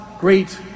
great